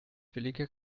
billiger